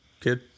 kid